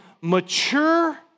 mature